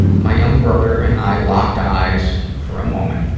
my young brother and i locked eyes for a moment.